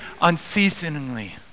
unceasingly